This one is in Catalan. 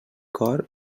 cor